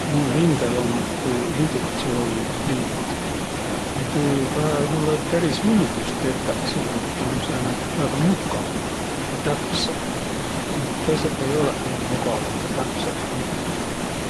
Mul hindäl um tuu induktsioonipliit ja tuu pääl mullõ peris miildüs tetäq, selle et tä um sääne väega mukav ja täpsä. Et tõõsõq ei olõq nii mugavaq ja täpsäq pliidiq.